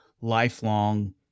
lifelong